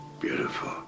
Beautiful